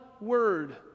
word